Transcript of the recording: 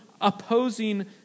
opposing